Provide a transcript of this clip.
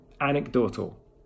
anecdotal